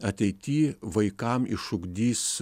ateity vaikam išugdys